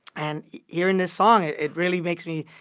and hearing this song, it it really makes me